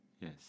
Yes